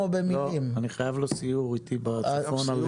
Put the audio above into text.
אני חייב לו סיור איתי בצפון.